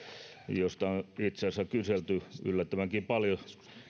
on itse asiassa kyselty yllättävänkin paljon